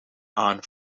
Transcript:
aan